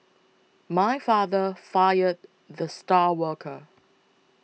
my father fired the star worker